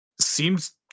seems